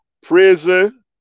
prison